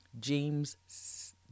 James